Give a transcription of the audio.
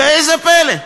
ואיזה פלא,